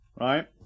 Right